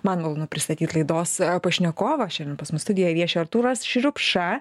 man malonu pristatyt laidos pašnekovą šiandien pas mus studijoj vieši artūras šriupša